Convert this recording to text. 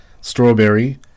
Strawberry